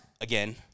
again